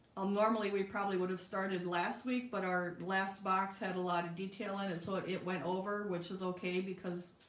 um, normally we probably would have started last week, but our last box had a lot of detail in it so it it went over which is okay because